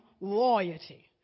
royalty